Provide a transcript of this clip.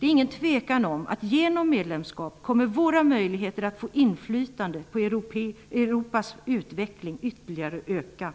Det råder inget tvivel om att våra möjligheter att få inflytande över Europas utveckling ytterligare kommer att öka genom ett medlemskap.